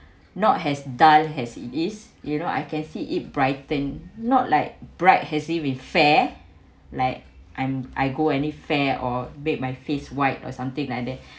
not has dull has it is you know I can see it brighten not like bright hazy with fair like I'm I go any fair or beg my face white or something like that